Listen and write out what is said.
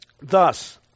Thus